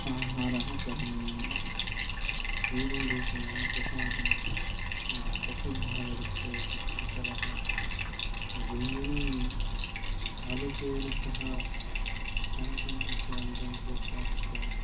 आहारः करणीयम् इति एवं रूपेण प्रथमः प्रसिद्धः वर्तते द्वितीयः अपरः व्यञ्जनम् आलुकेन सह चणकम् इत्यादिकं कृत्वा तत्र